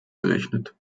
gerechnet